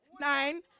nine